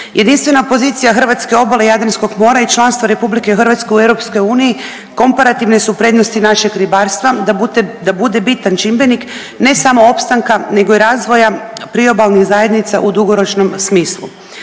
Jedinstvena pozicija hrvatske obale Jadranskog mora i članstva RH u EU komparativne su prednosti našeg ribarstva da bude bitan čimbenik ne samo opstanka nego i razvoja priobalnih zajednica u dugoročnom smislu.